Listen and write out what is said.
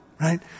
right